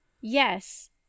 Yes